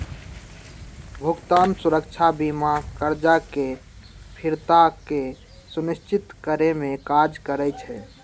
भुगतान सुरक्षा बीमा करजा के फ़िरता के सुनिश्चित करेमे काज करइ छइ